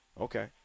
Okay